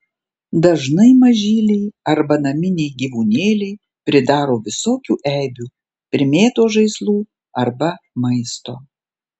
dažnai mažyliai arba naminiai gyvūnėliai pridaro visokių eibių primėto žaislų arba maisto